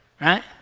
Right